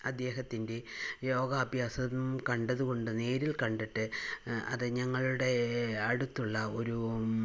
അദ്ദേഹത്തിൻ്റെ യോഗാഭ്യാസം കണ്ടത് കൊണ്ട് നേരിൽ കണ്ടിട്ട് അത് ഞങ്ങളുടെ അടുത്തുള്ള ഒരു